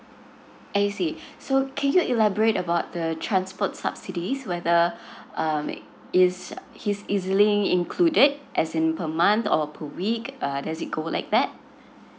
I see so can you elaborate about the transport subsidies whether um is his ezlink included as in per month or per week uh does it go like that